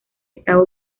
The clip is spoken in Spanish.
estaba